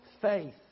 faith